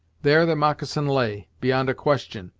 there the moccasin lay, beyond a question,